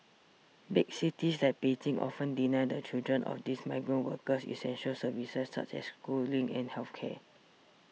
big cities like Beijing often deny the children of these migrant workers essential services such as schooling and health care